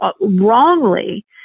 wrongly